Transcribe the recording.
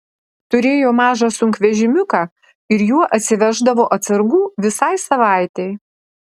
turėjo mažą sunkvežimiuką ir juo atsiveždavo atsargų visai savaitei